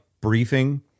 briefing